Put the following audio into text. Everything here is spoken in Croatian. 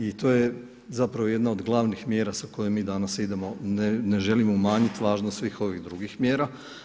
I to je zapravo jedna od glavnih mjera sa kojom mi danas idemo, ne želim umanjiti važnost svih ovih drugih mjera.